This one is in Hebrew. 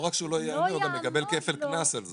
לא רק שהוא לא ייהנה אלא הוא גם יקבל כפל קנס על זה.